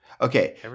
Okay